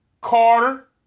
Carter